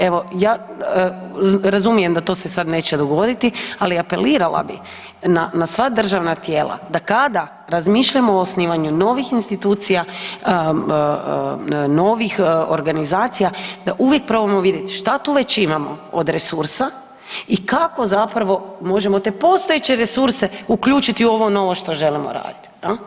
Evo, ja razumijem da to se sad neće dogoditi, ali apelirala na sva državna tijela da kada razmišljamo o osnivanju novih institucija, novih organizacija, da uvijek probamo vidit šta tu već imamo od resursa i kako zapravo možemo te postojeće resurse uključiti u ovo novo što želimo raditi.